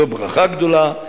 זו ברכה גדולה,